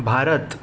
Bharat